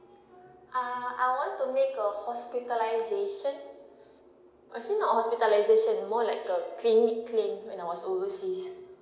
ah I want to make a hospitalisation uh since I'm not hospitalisation more like a clinic claims when I was overseas